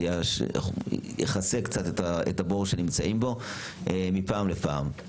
יכסה קצת את הבור שנמצאים בו מפעם לפעם.